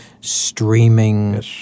streaming